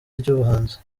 ry’ubuhanzi